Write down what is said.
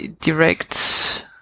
direct